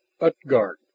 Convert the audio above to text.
Utgard